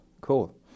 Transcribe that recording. Cool